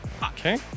Okay